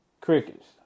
Crickets